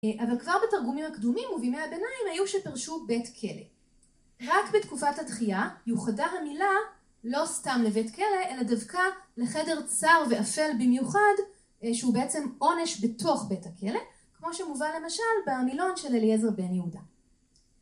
אבל כבר בתרגומים הקדומים, ובימי הביניים, היו שפרשו בית כלא. רק בתקופת הדחייה, יוחדה המילה לא סתם לבית כלא, אלא דווקא לחדר צר ואפל במיוחד, שהוא בעצם עונש בתוך בית הכלא, כמו שמובא למשל במילון של אליעזר בן יהודה.